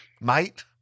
mate